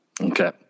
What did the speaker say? Okay